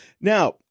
Now